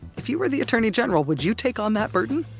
if you were the attorney general, would you take on that burden?